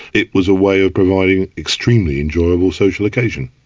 it was a way of providing an extremely enjoyable social occasion.